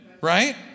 right